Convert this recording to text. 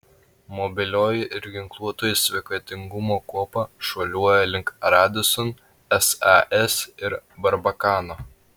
mobilioji ir ginkluotoji sveikatingumo kuopa šuoliuoja link radisson sas ir barbakano